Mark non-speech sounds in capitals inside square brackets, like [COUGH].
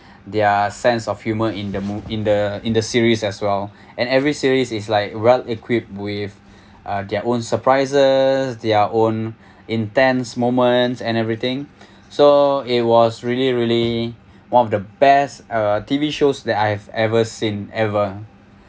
their sense of humour in the mo~ in the in the series as well and every series is like well-equipped with uh their own surprises their own intense moments and everything [BREATH] so it was really really one of the best uh T_V shows that I have ever seen ever